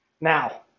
Now